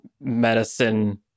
medicine